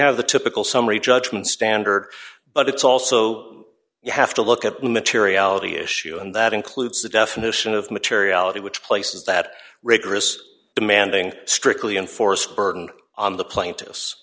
have the typical summary judgment standard but it's also you have to look at materiality issue and that includes the definition of materiality which places that rigorous demanding strictly enforced burden on the pla